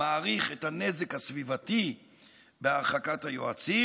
מעריך את הנזק הסביבתי בהרחקת היועצים?